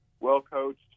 well-coached